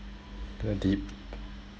that deep